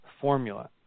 formula